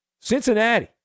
Cincinnati